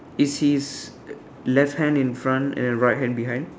is his left hand in front and a right hand behind